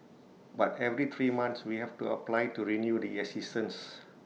but every three months we have to apply to renew the assistance